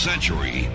century